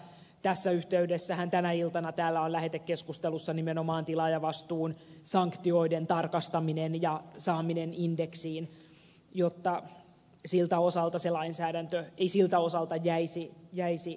tässä yhteydessähän tänä iltana täällä on lähetekeskustelussa nimenomaan tilaajavastuun sanktioiden tarkastaminen ja saaminen indeksiin jotta siltä osalta se lainsäädäntö ei jäisi jälkeen